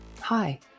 Hi